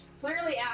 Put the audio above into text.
clearly